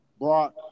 brought